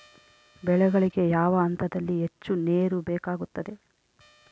ಬೆಳೆಗಳಿಗೆ ಯಾವ ಹಂತದಲ್ಲಿ ಹೆಚ್ಚು ನೇರು ಬೇಕಾಗುತ್ತದೆ?